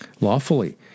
lawfully